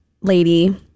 lady –